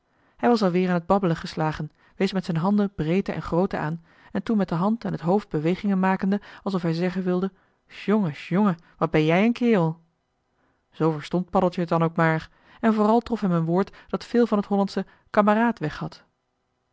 hij was alweer aan t babbelen geslagen wees met zijn handen breedte en grootte aan en toen met de hand en t hoofd bewegingen makende alsof hij zeggen wilde sjonge sjonge wat ben jij een kerel zoo verstond paddeltje het dan ook maar en vooral trof hem een woord dat veel van t hollandsche kameraad weg had